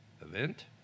event